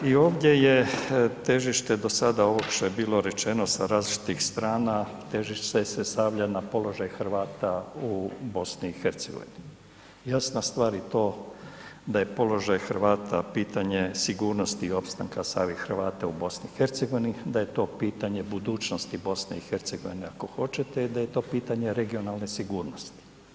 I ovdje je težište do sada ovog što je bilo rečeno sa različitih strana, težište se stavlja na položaj Hrvata u BiH. jasna stvar i to da je položaj Hrvata pitanje sigurnosti i opstanka samih Hrvata u BiH, da je to pitanje budućnosti BiH, ako hoćete i da je to pitanje regionalne sigurnosti.